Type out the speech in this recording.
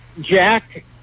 Jack